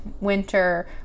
winter